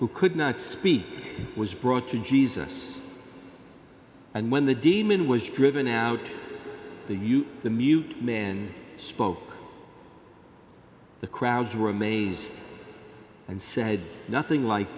who could not speak was brought to jesus and when the demon was driven out the youth the mute man spoke the crowds were amazed and said nothing like